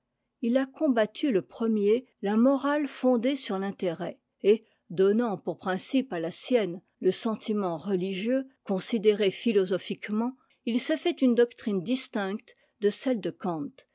il a combattu le premier la morale fondée sur t'intérêt et donnant pour principe à la sienne le sentiment religieux considéré philosophiquement il s'est fait une doctrine distincte de